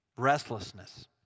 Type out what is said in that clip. restlessness